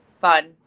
Fun